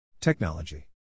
Technology